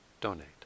donate